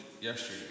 yesterday